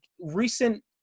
recent